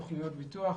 סוכנויות ביטוח,